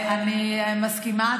אני מסכימה.